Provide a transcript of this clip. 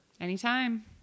Anytime